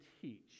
teach